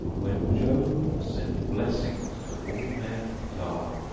when jove sent blessings to all men that are,